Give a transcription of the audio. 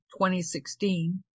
2016